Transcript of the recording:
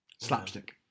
Slapstick